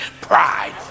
pride